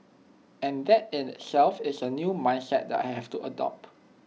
and that in itself is A new mindset that I have to adopt